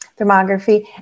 thermography